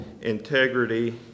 integrity